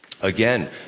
Again